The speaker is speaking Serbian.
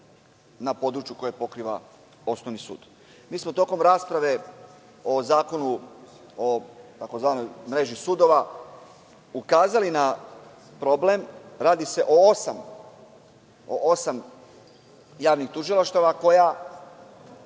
na području koje pokriva osnovni sud. Tokom rasprave o Zakonu o tzv. mreži sudova ukazali smo na problem. Radi se o osam javnih tužilaštava koja